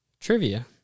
trivia